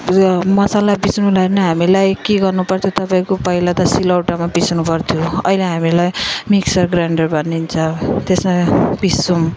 मसला पिस्नुलाई नै हामीलाई के गर्नु पर्थ्यो तपाईँको पहिला त सिलौटोमा पिस्नु पर्थ्यो अहिले हामीलाई मिक्सर ग्राइन्डर भनिन्छ त्यसमा पिस्छौँ